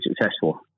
successful